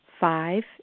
Five